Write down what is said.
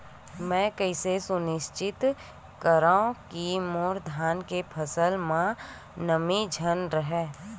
मैं कइसे सुनिश्चित करव कि मोर धान के फसल म नमी झन रहे?